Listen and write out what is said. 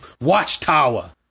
Watchtower